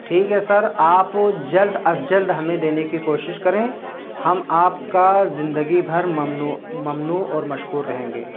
ٹھیک ہے سر آپ جلد از جلد ہمیں دینے کی کوشش کریں ہم آپ کا زندگی بھر ممنو اور مشکور رہیں گے